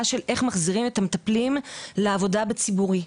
של איך מחזירים את המטפלים לעבודה בציבורי.